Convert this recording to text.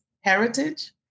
heritage